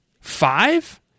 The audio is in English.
Five